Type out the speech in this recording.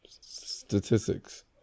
statistics